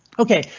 ok,